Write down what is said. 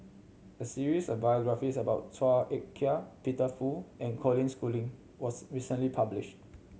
a series of biographies about Chua Ek Kay Peter Fu and Colin Schooling was recently published